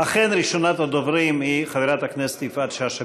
אכן, ראשונת הדוברים, חברת הכנסת יפעת שאשא ביטון.